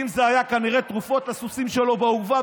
אם זה היה כנראה תרופות לסוסים שלו באורווה,